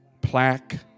Plaque